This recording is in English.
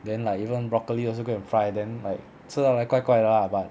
then like even broccoli also go and fry then like 吃到来怪怪的 lah but